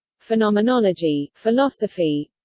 phenomenology philosophy